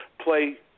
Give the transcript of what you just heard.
play